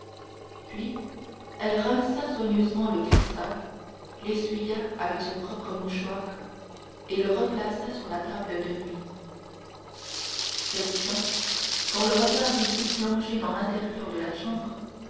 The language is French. puis elle rinça soigneusement le cristal l'essuya avec son propre mouchoir et le replaça sur la table de nuit quelqu'un dont le regard eût pu plonger dans l'intérieur de la chambre